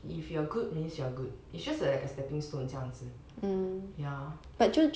if you are good means you are good it's just like a stepping stone 这样子 um ya